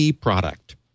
product